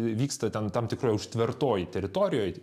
vyksta ten tam tikroj užtvertoj teritorijoj